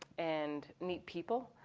and neat people,